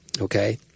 Okay